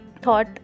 thought